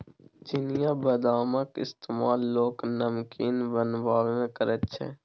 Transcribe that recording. चिनियाबदामक इस्तेमाल लोक नमकीन बनेबामे करैत छै